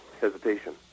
hesitation